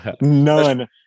None